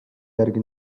järgi